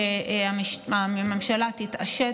שהממשלה תתעשת,